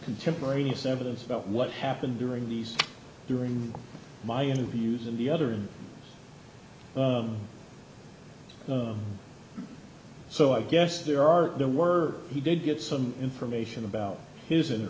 contemporaneous evidence about what happened during these during my interviews and the other so i guess there are there were he did get some information about his and